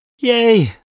Yay